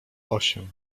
osiem